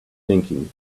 thinking